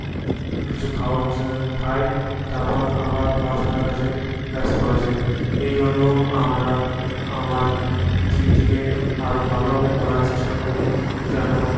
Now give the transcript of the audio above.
কিছু খাবার খাই তারপর আবার পড়াশোনার কাজে ব্যস্ত হয়ে যাই এই জন্য আমরা আমার দিনটিকে আরও ভালোভাবে করার চেষ্টা করি যেন